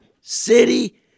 city